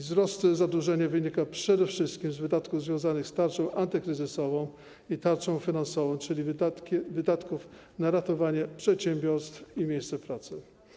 Wzrost zadłużenia wynika przede wszystkim z wydatków związanych z tarczą antykryzysową i tarczą finansową, czyli wydatków na ratowanie przedsiębiorstw i miejsc pracy.